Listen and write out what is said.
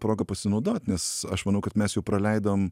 proga pasinaudot nes aš manau kad mes jau praleidom